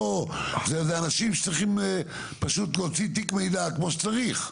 זה אנשים שצריכים פשוט להוציא תיק מידע כמו שצריך.